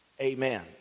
amen